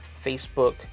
Facebook